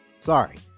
sorry